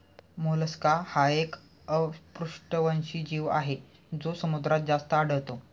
Mollusca हा एक अपृष्ठवंशी जीव आहे जो समुद्रात जास्त आढळतो